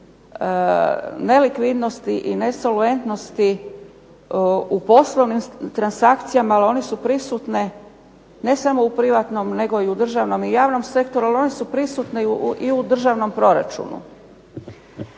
nelikvidnosti i nesolventnosti u poslovnim transakcijama. Ali one su prisutne ne sam u privatnom nego i u državnom i javnom sektoru, ali one su prisutne i u državnom proračunu.